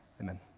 amen